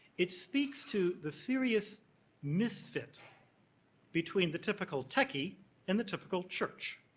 it speaks to the serious misfit between the typical techie and the typical church.